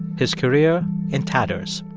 his career in tatters.